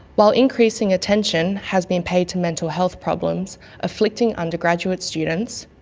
while increasing attention has been paid to mental health problems afflicting undergraduate students,